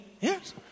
Yes